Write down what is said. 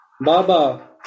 Baba